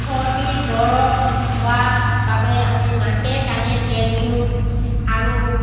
চৰ্দি জ্বৰ হোৱা বাবে আমি নাকে কাণে তেল দিওঁ আৰু